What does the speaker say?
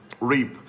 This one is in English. reap